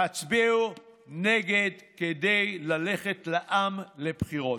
תצביעו נגד כדי ללכת לעם, לבחירות.